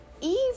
Eve